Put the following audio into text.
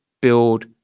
build